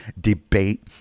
debate